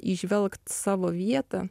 įžvelgt savo vietą